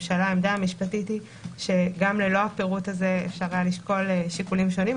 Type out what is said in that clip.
המשפטית של הוועדה שגם ללא הפירוט הזה אפשר היה לשקול שיקולים שונים.